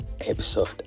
episode